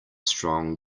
strong